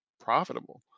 profitable